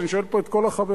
אני שואל פה את כל החברים,